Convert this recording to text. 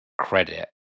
credit